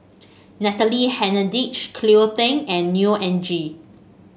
Natalie Hennedige Cleo Thang and Neo Anngee